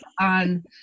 on